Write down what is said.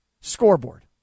Scoreboard